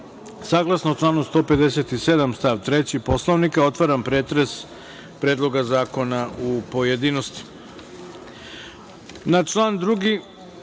saglasno članu 157. stav 3. Poslovnika, otvaram pretres Predloga zakona u pojedinostima. Na